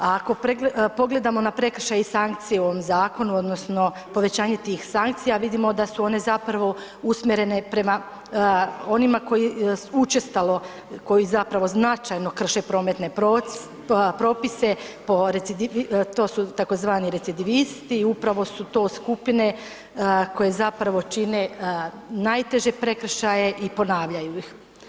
A ako pogledamo na prekršaj i sankcije u ovom zakonu odnosno povećanju tih sankcija vidimo da su one zapravo usmjere prema onima koji učestalo, koji zapravo značajno krše prometne propisa po, to su tzv. recidivisti upravo su to skupine koje zapravo čine najteže prekršaje i ponavljaju ih.